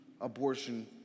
abortion